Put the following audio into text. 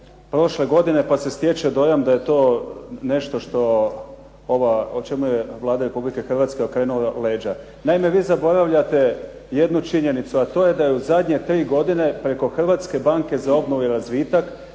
prošle godine, pa se stječe dojam da je to nešto što ovo čemu je Vlada Republike Hrvatske okrenula leđa. Naime, vi zaboravljate jednu činjenicu, a to je da je u zadnje tri godine preko Hrvatske banke za obnovu i razvitak,